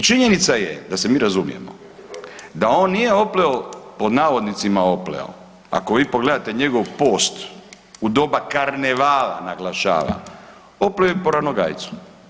I činjenica je da se mi razumijemo da on nije opleo, pod navodnicima opleo, ako vi pogledate njegov post u doba Karnevala naglašava opleo je po Ranogajcu.